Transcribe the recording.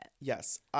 Yes